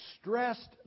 stressed